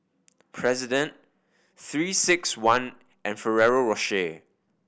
President Three Six One and Ferrero Rocher